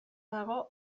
dago